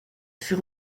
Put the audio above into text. fut